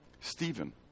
Stephen